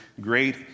great